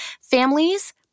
families